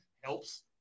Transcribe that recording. helps